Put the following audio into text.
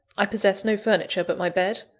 i possess no furniture but my bed,